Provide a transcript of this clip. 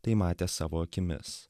tai matė savo akimis